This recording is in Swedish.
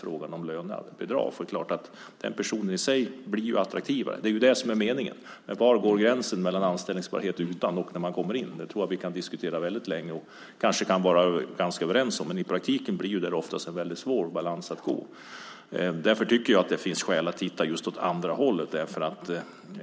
Meningen med lönebidraget är ju att en person ska bli attraktivare att anställa, men var går gränsen för hur anställningsbar personen ska vara för att komma i fråga för bidrag? Det kan vi diskutera länge och kanske vara ganska överens om. I praktiken blir det ofta en svår balansgång. Det finns skäl att titta även åt andra hållet.